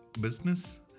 business